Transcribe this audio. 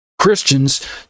christians